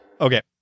Okay